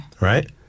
right